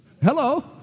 Hello